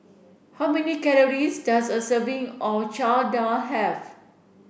how many calories does a serving of Chana Dal have